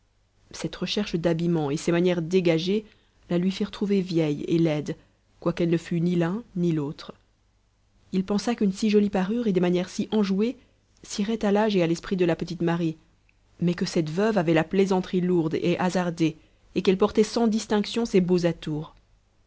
cette recherche d'habillement et ces manières dégagées la lui firent trouver vieille et laide quoiqu'elle ne fût ni l'un ni l'autre il pensa qu'une si jolie parure et des manières si enjouées siéraient à l'âge et à l'esprit de la petite marie mais que cette veuve avait la plaisanterie lourde et hasardée et qu'elle portait sans distinction ses beaux atours